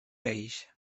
peix